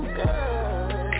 good